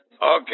Okay